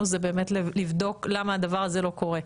הוא באמת לבדוק למה הדבר הזה לא קורה?